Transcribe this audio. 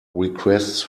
requests